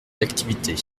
d’activité